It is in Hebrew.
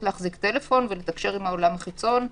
להחזיק טלפון ולתקשר עם העולם החיצון.